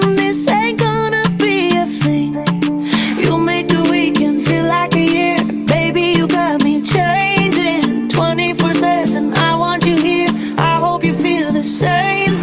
this ain't gonna be a fling you make weekend feel like a year baby you got me changing twenty four seven i want you here i hope you feel the same